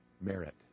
merit